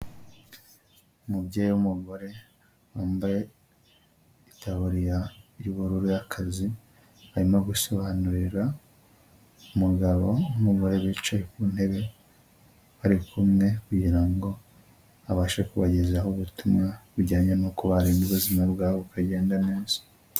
Umubyeyi w'umugore wambaye itaburiya y'ubururu y'akazi, arimo gusobanurira umugabo n'umugore bicaye ku ntebe bari kumwe kugira ngo abashe kubagezaho ubutumwa bujyanye n'uko barinda ubuzima bwabo bukagenda neza.